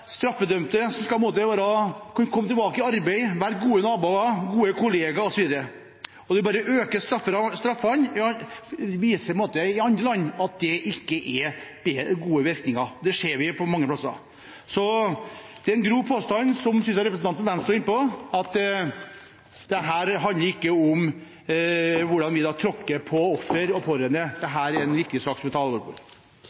straffedømte kunne komme tilbake i arbeid, være gode naboer, være gode kolleger osv. Det viser seg i andre land at bare å øke strafferammen ikke har noen god virkning. Det ser vi mange plasser. Det er en grov påstand, som representanten fra Venstre var inne på, for dette handler ikke om hvordan vi tråkker på offer og pårørende.